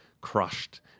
crushed